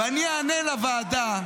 --- ואני אענה לוועדה: